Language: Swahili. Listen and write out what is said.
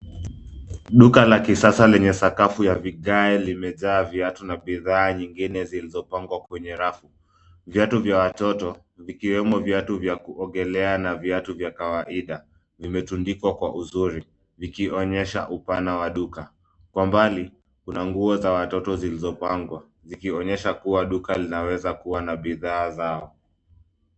Duka la kisasa lenye sakafu ya vigae limejaa viatu na bidhaa nyingine zilizopangwa kwenye rafu. Viatu vya watoto vikiwemo viatu vya kuogelea na viatu vya kawaida vimetundikwa kwa uzuri vikionyesha upana wa duka. Kwa mbali, kuna nguo za watoto zilizopangwa zikionyesha kuwa duka linaweza kuwa na bidhaa zao.